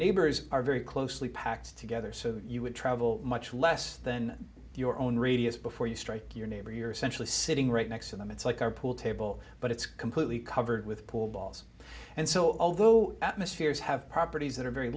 neighbors are very closely packed together so you would travel much less than your own radius before you strike your neighbor your essential is sitting right next to them it's like our pool table but it's completely covered with pool balls and so although atmospheres have properties that are very